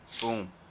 Boom